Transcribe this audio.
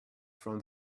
from